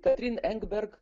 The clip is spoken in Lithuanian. katrine engberg